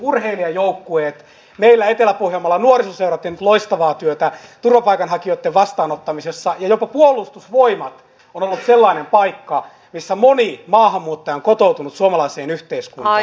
meillä etelä pohjanmaalla on nuorisoseura tehnyt loistavaa työtä turvapaikanhakijoitten vastaanottamisessa ja jopa puolustusvoimat on ollut sellainen paikka missä moni maahanmuuttaja on kotoutunut suomalaiseen yhteiskuntaan